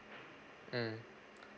mm